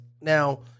Now